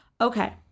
okay